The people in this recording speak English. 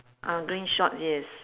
mm green shorts yes